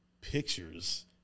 pictures